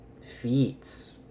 Feats